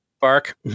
Bark